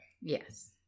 Yes